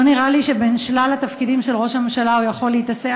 לא נראה לי שבין שלל התפקידים של ראש הממשלה הוא יכול להתעסק,